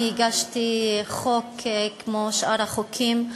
הגשתי חוק כמו שאר החוקים,